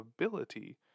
ability